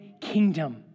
kingdom